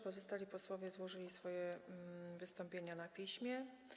Pozostali posłowie złożyli swoje wystąpienia na piśmie.